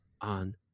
on